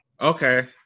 Okay